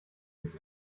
gibt